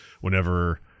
whenever